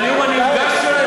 הנאום הנרגש שלה,